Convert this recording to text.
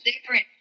different